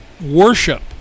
worship